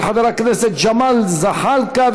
של חבר הכנסת ג'מאל זחאלקה.